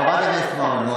חברת הכנסת מרום,